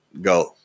go